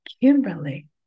Kimberly